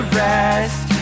rest